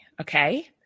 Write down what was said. okay